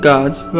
God's